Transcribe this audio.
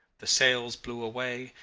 the sails blew away,